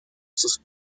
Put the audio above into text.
sus